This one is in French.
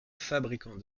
fabricant